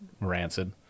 rancid